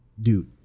dude